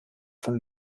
von